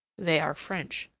they are french.